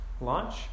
launch